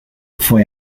fue